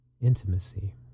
intimacy